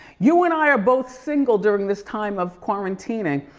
you and i are both single during this time of quarantining.